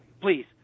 Please